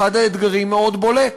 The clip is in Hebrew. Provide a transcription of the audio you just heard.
אחד האתגרים מאוד בולט: